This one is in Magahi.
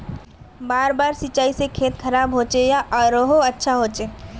बार बार सिंचाई से खेत खराब होचे या आरोहो अच्छा होचए?